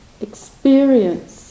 experience